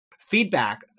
Feedback